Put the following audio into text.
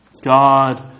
God